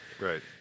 Right